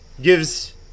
gives